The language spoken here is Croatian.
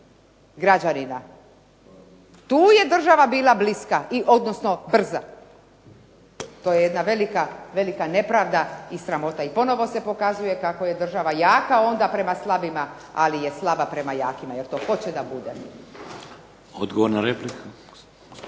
građanina. Tu je država bila bliska odnosno brza. To je jedna velika nepravda i sramota. I ponovo se pokazuje kako je država jaka onda prema slabima, ali je slaba prema jakima jer to hoće da bude. **Šeks,